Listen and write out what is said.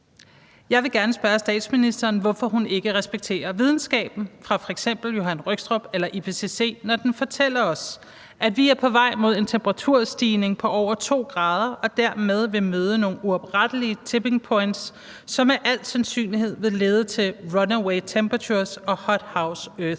Jeg vil gerne spørge statsministeren, hvorfor hun ikke respekterer videnskaben fra f.eks. Johan Rockström eller IPCC, når den fortæller os, at vi er på vej mod en temperaturstigning på over 2 grader og dermed vil møde nogle uoprettelige tippingpoints, som med al sandsynlighed vil lede til runaway temperatures og hot house earth,